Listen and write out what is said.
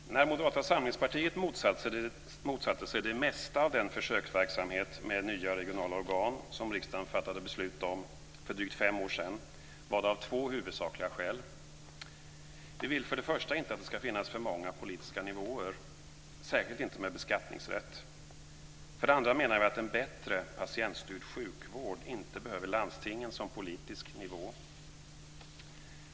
Fru talman! När Moderata samlingspartiet motsatte sig det mesta av den försöksverksamhet med nya regionala organ som riksdagen fattade beslut om för drygt fem år sedan var det av två huvudsakliga skäl. Vi vill för det första inte att det ska finnas för många politiska nivåer, särskilt inte med beskattningsrätt. För det andra menar vi att en bättre, patientstyrd sjukvård inte behöver landstingen som politisk nivå.